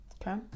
Okay